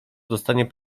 dostanie